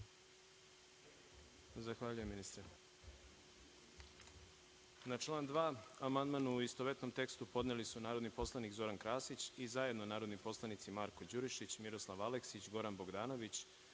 Zahvaljujem ministre. Na član 2. amandman, u istovetnom tekstu, podneli su narodni poslanik Zoran Krasić i zajedno narodni poslanici Marko Đurišić, Miroslav Aleksić, Goran Bogdanović,